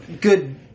good